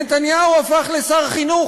נתניהו הפך לשר חינוך,